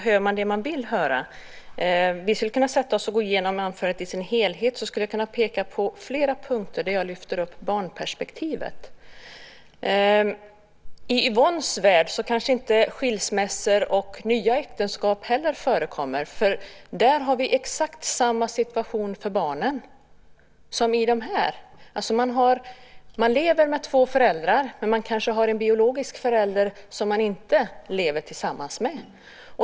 Fru talman! När man lyssnar på anföranden hör man det man vill höra. Vi skulle kunna sätta oss och gå igenom anförandet i dess helhet, så skulle jag kunna peka på flera punkter där jag lyfter upp barnperspektivet. I Yvonnes värld kanske inte skilsmässor och nya äktenskap heller förekommer. Där har vi exakt samma situation för barnen som i det här fallet. Barnen lever med två föräldrar men har kanske en biologisk förälder som de inte lever tillsammans med.